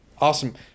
awesome